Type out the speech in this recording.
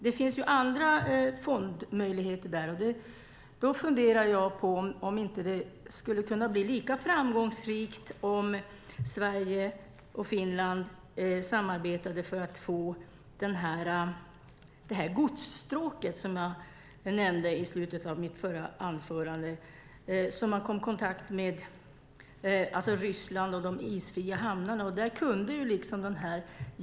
Det finns andra fondmöjligheter där, och jag funderar på om det inte skulle kunna bli lika framgångsrikt om Sverige och Finland samarbetade för att få det godsstråk som jag nämnde i slutet av mitt förra anförande, så att man kommer i kontakt med Ryssland och de isfria hamnarna.